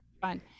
fun